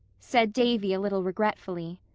said davy a little regretfully.